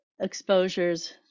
exposures